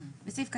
(6)בסעיף 251א,